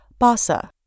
BASA